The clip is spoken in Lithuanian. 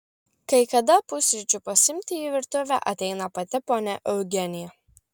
kai kada pusryčių pasiimti į virtuvę ateina pati ponia eugenija